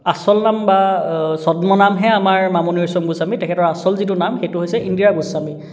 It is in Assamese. আচল নাম বা ছদ্মনামহে আমাৰ মামণি ৰয়চম গোস্বামী তেখেতৰ আচল যিটো নাম সেইটো হৈছে ইন্দিৰা গোস্বামী